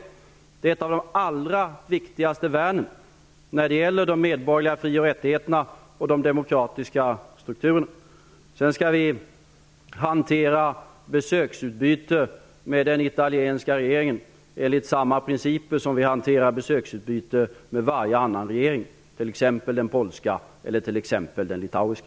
Det är ett av de allra viktigaste värnen när det gäller de medborgerliga fri och rättigheterna och de demokratiska strukturerna. Sedan skall vi hantera besöksutbyte med den italienska regeringen enligt samma principer som vi hanterar besöksutbyte med varje annan regering, t.ex. den polska eller litauiska.